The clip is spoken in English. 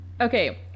Okay